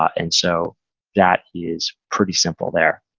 ah and so that is pretty simple there.